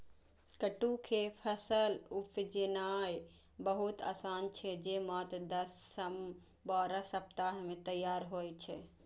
कट्टू के फसल उपजेनाय बहुत आसान छै, जे मात्र दस सं बारह सप्ताह मे तैयार होइ छै